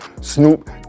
Snoop